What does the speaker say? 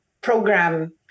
program